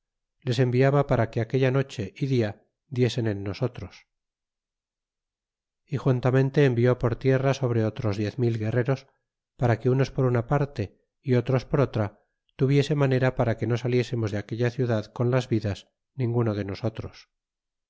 les enviaba para que aquella noche y dia diesen en nosotros y juntamente envió por tierra sobre otros diez mil guerreros para que unos por una parte y otros por otra tuviese manera para que no saliésemos de aquella ciudad con las vidas ninguno de